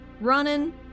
running